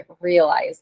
realize